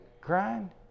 crying